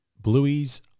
Bluey's